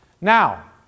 Now